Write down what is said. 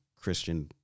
Christian